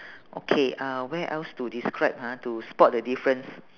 okay uh where else to describe ah to spot the difference